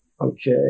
Okay